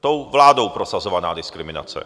Tou vládou prosazovaná diskriminace.